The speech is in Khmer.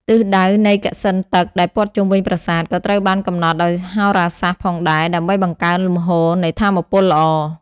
ទិសដៅនៃកសិណទឹកដែលព័ទ្ធជុំវិញប្រាសាទក៏ត្រូវបានកំណត់ដោយហោរាសាស្ត្រផងដែរ ដើម្បីបង្កើនលំហូរនៃថាមពលល្អ។